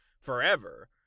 forever